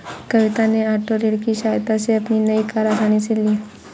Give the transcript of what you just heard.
कविता ने ओटो ऋण की सहायता से अपनी नई कार आसानी से ली